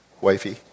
wifey